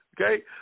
Okay